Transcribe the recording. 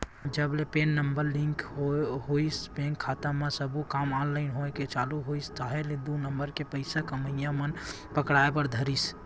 जब ले PAN number लिंक होइस बेंक खाता म सब्बो काम ऑनलाइन होय के चालू होइस ताहले दू नंबर के पइसा कमइया मन पकड़ाय बर धरिस